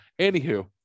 anywho